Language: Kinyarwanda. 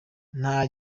nta